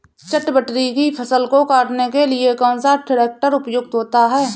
चटवटरी की फसल को काटने के लिए कौन सा ट्रैक्टर उपयुक्त होता है?